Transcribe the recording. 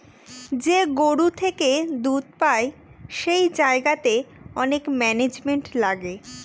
যে গরু থেকে দুধ পাই সেই জায়গাতে অনেক ম্যানেজমেন্ট লাগে